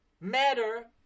matter